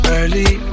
Early